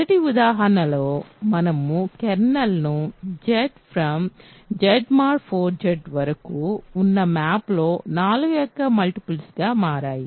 మొదటి ఉదాహరణలో మనము కెర్నల్ను Z Z 4 Z వరకు ఉన్న మ్యాప్లోని 4 యొక్క మల్టిపుల్స్ గా మారాయి